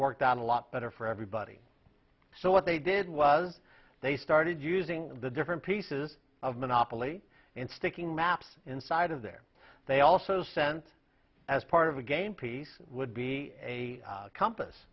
worked out a lot better for everybody so what they did was they started using the different pieces of monopoly in sticking maps inside of there they also sent as part of a game piece would be a compass